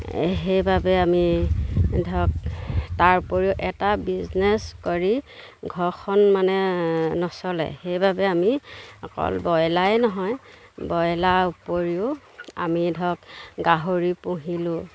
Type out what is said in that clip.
সেইবাবে আমি ধৰক তাৰ উপৰিও এটা বিজনেছ কৰি ঘৰখন মানে নচলে সেইবাবে আমি অকল ব্ৰয়লাই নহয় ব্ৰয়লাৰ উপৰিও আমি ধৰক গাহৰি পুহিলোঁ